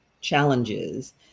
challenges